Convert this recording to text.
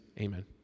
Amen